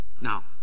Now